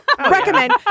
Recommend